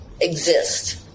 exist